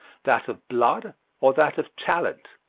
that of blood or that of talent.